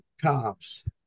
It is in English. cops